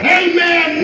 amen